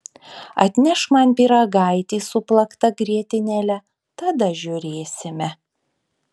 atnešk man pyragaitį su plakta grietinėle tada žiūrėsime